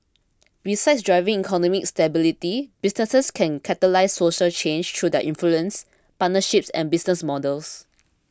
besides driving economic stability businesses can catalyse social change through their influence partnerships and business models